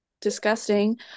disgusting